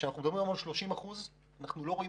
כשאנחנו מדברים על 30% אנחנו לא רואים